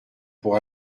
pour